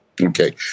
Okay